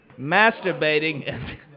masturbating